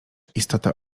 istota